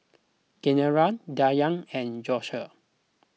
Kieran Danyell and Josue